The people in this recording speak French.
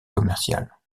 commerciale